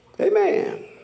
Amen